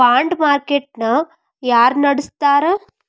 Bond market ನ ಯಾರ್ನಡ್ಸ್ತಾರ?